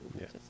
Yes